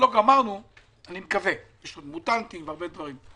לא גמרנו אבל אני מקווה יש עוד מוטנטים והרבה דברים,